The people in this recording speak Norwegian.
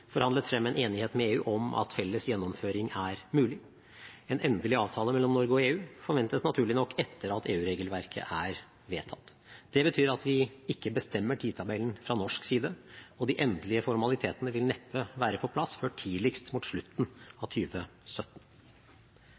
forhandlet frem en enighet med EU om at felles gjennomføring er mulig. En endelig avtale mellom Norge og EU forventes naturlig nok etter at EU-regelverket er vedtatt. Det betyr at vi ikke bestemmer tidstabellen fra norsk side, og de endelige formalitetene vil neppe være på plass før tidligst mot slutten av